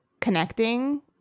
connecting